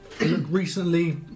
recently